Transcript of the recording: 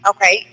Okay